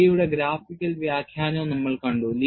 J യുടെ graphical വ്യാഖ്യാനവും നമ്മൾ കണ്ടു